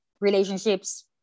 relationships